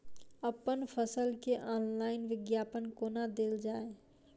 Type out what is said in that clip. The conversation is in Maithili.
अप्पन फसल केँ ऑनलाइन विज्ञापन कोना देल जाए?